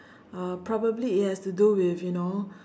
uh probably it has to do with you know